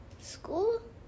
school